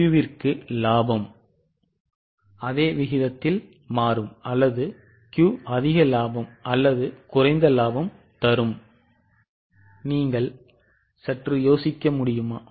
எனவே Q க்கும் இலாபம் அதே விகிதத்தில் மாறும் அல்லது Q அதிக லாபம் அல்லது குறைந்த லாபம் தரும் நீங்கள் சற்று யோசிக்க முடியுமா